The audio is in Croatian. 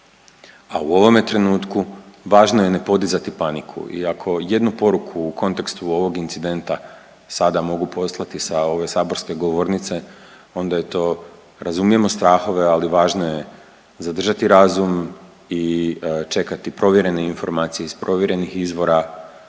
a u ovome trenutku važno je ne podizati paniku. I ako jednu poruku u kontekstu ovog incidenta sada mogu poslati sa ove saborske govornice onda je to razumijemo strahove, ali važno je zadržati razum i čekati provjerene informacije iz provjerenih izvora